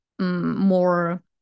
more